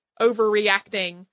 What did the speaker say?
overreacting